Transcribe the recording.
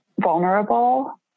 vulnerable